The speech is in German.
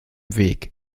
weg